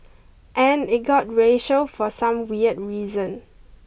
and it got racial for some weird reason